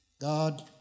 God